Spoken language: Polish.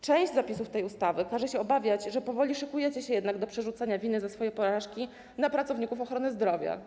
Część zapisów tej ustawy każe się obawiać, że powoli szykujecie się jednak do przerzucania winy za swoje porażki na pracowników ochrony zdrowia.